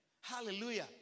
Hallelujah